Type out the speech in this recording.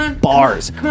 Bars